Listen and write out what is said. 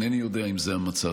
אינני יודע אם זה המצב,